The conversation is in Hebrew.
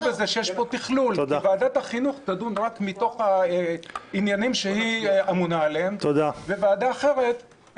-- תכלול כי ועדת החינוך תדון בעניינים שהיא אמונה עליהם וועדה אחרת את